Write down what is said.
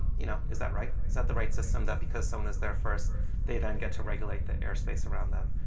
you know, is that right? is that the right system that because someone is there first they then get to regulate the airspace around them?